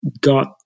got